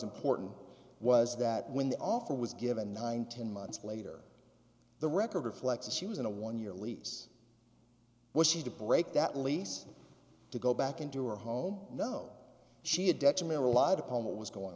important was that when the offer was given nine ten months later the record reflect that she was in a one year lease was she to break that lease to go back into her home no she had detrimental relied upon what was going